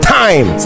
time